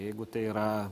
jeigu tai yra